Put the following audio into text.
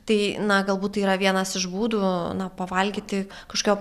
tai na galbūt tai yra vienas iš būdų na pavalgyti kažką